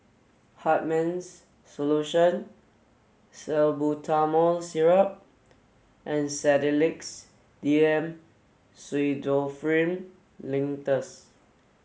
Hartman's Solution Salbutamol Syrup and Sedilix D M Pseudoephrine Linctus